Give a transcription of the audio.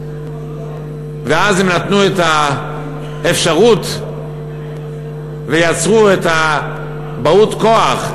ואז הם נתנו את האפשרות ויצרו את באוּת הכוח,